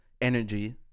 energy